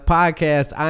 podcast